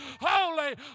holy